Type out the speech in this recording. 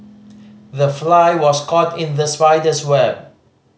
the fly was caught in the spider's web